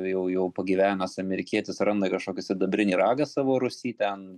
jau jau pagyvenęs amerikietis randa kažkokį sidabrinį ragą savo rūsy ten